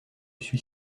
suis